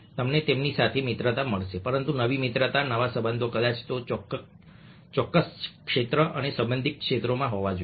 તમને તેમની સાથે મિત્રતા મળશે પરંતુ નવી મિત્રતા નવા સંબંધો કદાચ તે ચોક્કસ ક્ષેત્ર અને સંબંધિત ક્ષેત્રોમાં હોવા જોઈએ